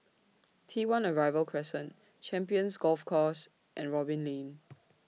T one Arrival Crescent Champions Golf Course and Robin Lane